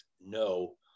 no